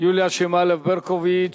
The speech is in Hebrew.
יוליה שמאלוב-ברקוביץ.